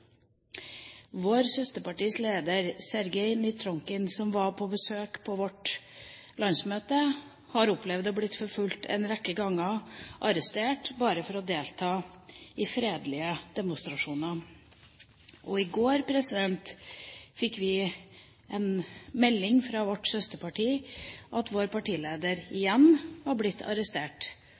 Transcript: søsterpartis leder, Sergei Mitrokhin, som var på besøk på vårt landsmøte, har opplevd å bli forfulgt en rekke ganger og bli arrestert bare for å delta i fredelige demonstrasjoner. I går fikk vi en melding fra vårt søsterparti om at vår partileder igjen var blitt arrestert